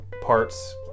parts